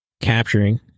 capturing